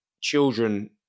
children